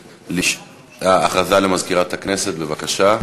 הודעה למזכירת הכנסת, בבקשה.